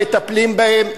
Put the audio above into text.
מטפלים בהן,